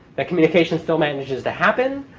that communication still manages to happen.